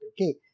Okay